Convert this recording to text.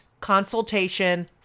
consultation